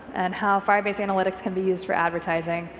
and how firebase analytics can be used for advertising,